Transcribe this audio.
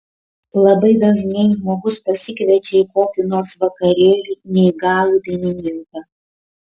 labai dažnai žmogus pasikviečia į kokį nors vakarėlį neįgalų dainininką